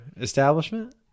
establishment